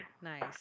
Nice